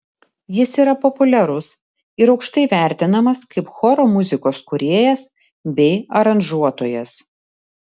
jis yra populiarus ir aukštai vertinamas kaip choro muzikos kūrėjas bei aranžuotojas